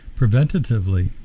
preventatively